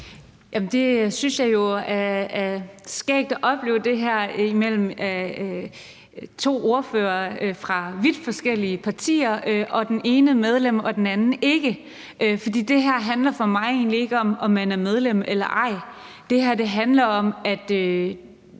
Jeg synes, det er skægt at opleve det her ske mellem to ordførere fra vidt forskellige partier, og den ene er medlem af folkekirken og den anden ikke. For det her handler for mig ikke om, om man er medlem eller ej. Det her handler om, at